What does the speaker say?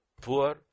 poor